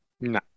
No